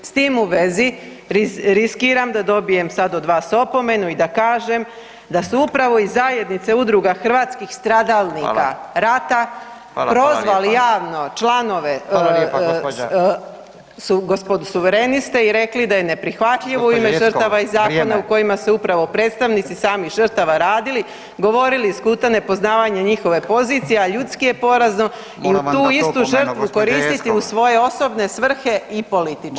S tim u vezi riskiram da dobijem sada od vas opomenu i da kažem da su upravo iz Zajednice udruga hrvatskih stradalnika rata prozvali javno članove gospodu suvereniste i rekli da je neprihvatljivo u ime žrtava iz Zakona o kojima se upravo predstavnici samih žrtava radili govorili iz kuta nepoznavanja njihova njihove pozicije, a ljudski je porazno i u tu istu žrtvu koristiti u svoje osobne svrhe i političke.